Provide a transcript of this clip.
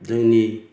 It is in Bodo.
जोंनि